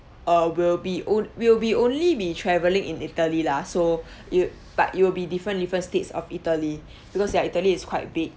err will be on~ will be only be travelling in italy lah so you but it will be different different states of italy because ya italy is quite big